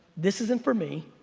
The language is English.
this isn't for me,